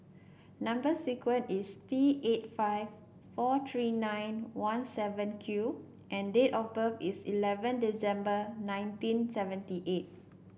number sequence is T eight five four three nine one seven Q and date of birth is eleven December nineteen seventy eight